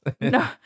No